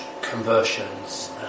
conversions